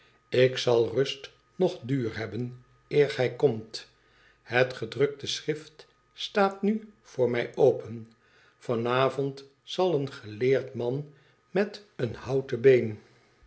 ik zal rust noch duur hebben eer gij komt het gedrukte schrift staat nu voor mij open van avond zal een geleerd man met een houten been